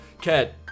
cat